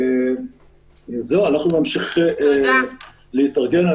אנחנו נמשיך להתארגן.